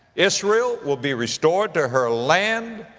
israel will be restored to her land.